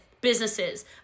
businesses